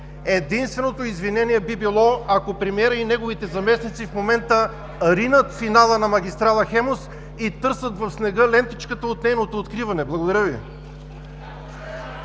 Единственото извинение би било, ако премиерът и неговите заместници в момента ринат финала на магистрала „Хемус“ и търсят в снега лентичката от нейното откриване. Благодаря Ви.